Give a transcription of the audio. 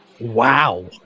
Wow